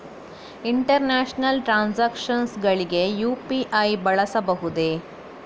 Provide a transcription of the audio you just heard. International transactions ಗಳಿಗೆ UPI ಬಳಸಬಹುದೇ?